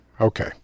Okay